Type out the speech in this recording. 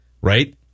right